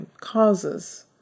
causes